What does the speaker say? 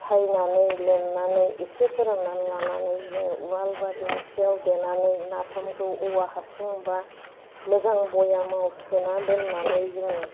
सायनानै लेमनानै इसे फोराननानै लानानै जोङो उवाल बा देंखियाव देनानै नाफामखौ औवा हासुं बा मोजां बयामाव सोना दोननानै जोङो